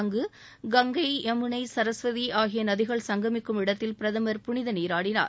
அங்கு கங்கை யமுனை சரஸ்வதி ஆகிய நதிகள் சங்கமிக்கும் இடத்தில் பிரதம் புனித நீராடினார்